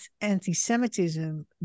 anti-Semitism